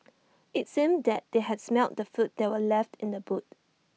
IT seemed that they had smelt the food that were left in the boot